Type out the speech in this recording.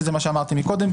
כמו שאמרתי קודם,